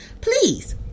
please